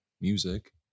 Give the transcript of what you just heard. music